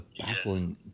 baffling